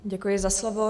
Děkuji za slovo.